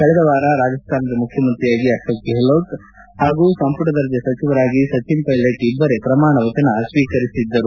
ಕಳೆದ ವಾರ ರಾಜಸ್ಥಾನದ ಮುಖ್ಯಮಂತ್ರಿಯಾಗಿ ಅಶೋಕ್ ಗೆಹ್ಲೋಟ್ ಹಾಗೂ ಸಂಪುಟ ದರ್ಜೆ ಸಚಿವರಾಗಿ ಸಚಿನ್ ಪೈಲಟ್ ಇಬ್ಬರೇ ಪ್ರಮಾಣ ವಚನ ಸ್ವೀಕರಿಸಿದ್ದರು